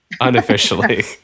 Unofficially